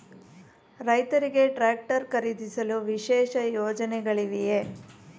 ರೈತರಿಗೆ ಟ್ರಾಕ್ಟರ್ ಖರೀದಿಸಲು ವಿಶೇಷ ಯೋಜನೆಗಳಿವೆಯೇ?